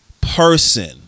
person